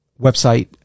website